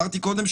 אמרתי קודם,